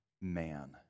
man